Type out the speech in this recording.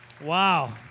Wow